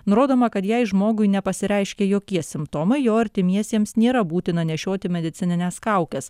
nurodoma kad jei žmogui nepasireiškė jokie simptomai jo artimiesiems nėra būtina nešioti medicinines kaukes